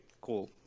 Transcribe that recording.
cool